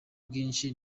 bwinshi